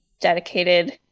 dedicated